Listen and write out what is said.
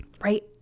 right